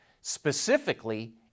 specifically